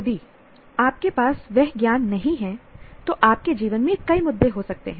यदि आपके पास वह ज्ञान नहीं है तो आपके जीवन में कई मुद्दे हो सकते हैं